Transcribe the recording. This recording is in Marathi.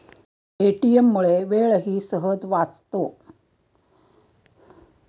ए.टी.एम मुळे वेळही सहज वाचतो